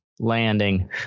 Landing